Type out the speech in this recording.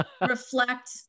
reflect